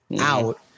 out